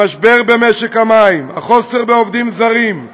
המשבר במשק המים, החוסר בעובדים זרים,